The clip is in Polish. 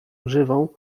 grzywą